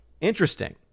Interesting